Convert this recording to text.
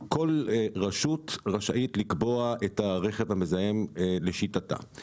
כל רשות רשאית לקבוע את הרכב המזהם לשיטתה.